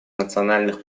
национальных